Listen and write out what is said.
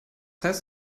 heißt